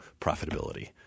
profitability